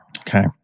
Okay